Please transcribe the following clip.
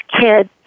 kids